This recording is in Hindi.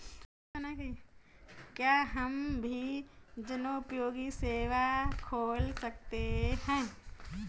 क्या हम भी जनोपयोगी सेवा खोल सकते हैं?